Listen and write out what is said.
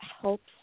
helps